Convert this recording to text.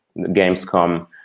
Gamescom